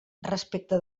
respecte